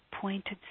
pointed